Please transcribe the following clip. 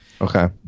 Okay